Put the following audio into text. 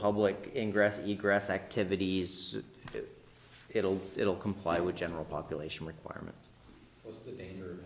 public ingress egress activities it'll it'll comply with general population requirement